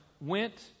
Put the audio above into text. went